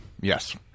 Yes